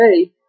today